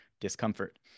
discomfort